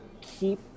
keep